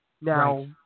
Now